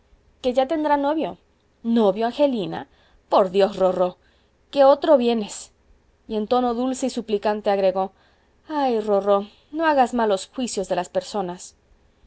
que ya tendrá novio novio angelina por dios rorró qué otro vienes y en tono dulce y suplicante agregó ay rorró no hagas malos juicios de las personas